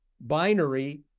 binary